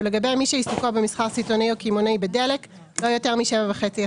ולגבי מי שעיסוקו במסחר סיטונאי או קמעונאי בדלק לא יותר מ-7.5%;